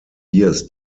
years